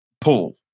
pull